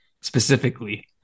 specifically